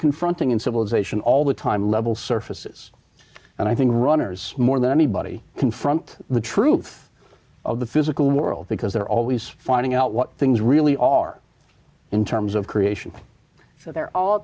confronting in civilization all the time level surfaces and i think runners more than anybody confront the truth of the physical world because they're always finding out what things really are in terms of creation so they're all